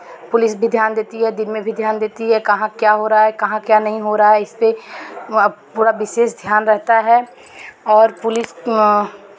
police भी ध्यान देती है दिन में भी ध्यान देती है कहाँ क्या हो रहा है कहाँ क्या नहीं हो रहा है इसपे वो अब पूरा विशेष ध्यान रहता है और पुलिस